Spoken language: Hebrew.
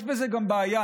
יש בזה גם בעיה,